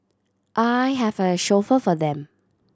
I have a chauffeur for them